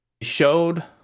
showed